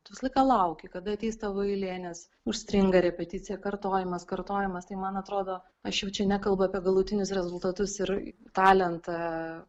tu visą laiką lauki kada ateis tavo eilė nes užstringa repeticija kartojamas kartojamas tai man atrodo aš jau čia nekalbu apie galutinius rezultatus ir talentą